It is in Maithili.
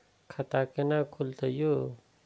खाता केना खुलतै यो